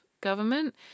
government